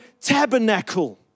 tabernacle